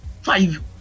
five